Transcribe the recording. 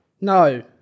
No